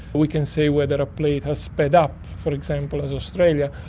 we can say whether a plate has sped up, for example, as australia,